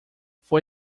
foi